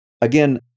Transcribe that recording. Again